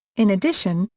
in addition,